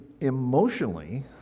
emotionally